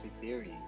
theories